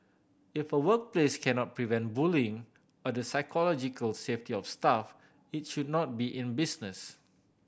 if a workplace cannot prevent bullying or the psychological safety of staff it should not be in business